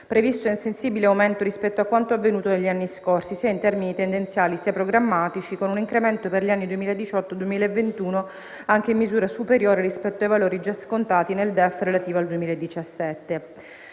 previsto in sensibile aumento rispetto a quanto avvenuto negli anni scorsi, in termini sia tendenziali sia programmatici, con un incremento per gli anni 2018-2021 anche in misura superiore rispetto ai valori già scontati nel DEF relativo al 2017.